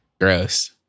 gross